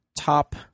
top